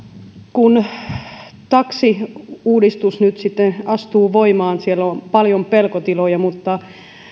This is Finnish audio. kun taksiuudistus nyt sitten astuu voimaan siellä on paljon pelkotiloja mutta